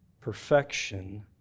perfection